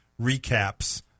recaps